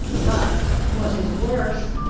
but, what is worse,